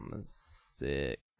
Six